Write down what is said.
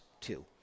Two